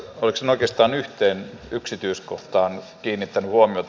olisin oikeastaan yhteen yksityiskohtaan kiinnittänyt huomiota